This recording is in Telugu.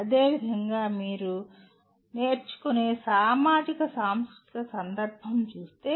అదేవిధంగా మీరు "నేర్చుకునే సామాజిక సాంస్కృతిక సందర్భం" చూస్తే